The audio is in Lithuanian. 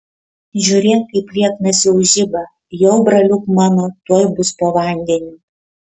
žiūrėk kaip lieknas jau žiba jau braliuk mano tuoj bus po vandeniu